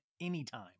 anytime